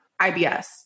IBS